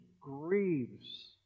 grieves